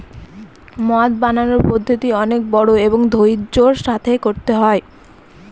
মদ বানানোর পদ্ধতি অনেক বড়ো এবং ধৈর্য্যের সাথে করতে হয়